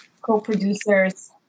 co-producers